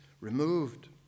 removed